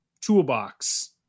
toolbox